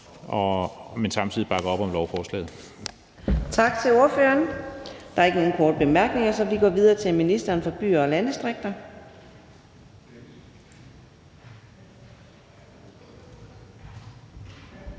næstformand (Karina Adsbøl): Tak til ordføreren. Der er ikke nogen korte bemærkninger, så vi går videre til ministeren for byer og landdistrikter.